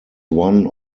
one